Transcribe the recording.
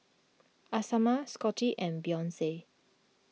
Asama Scottie and Beyonce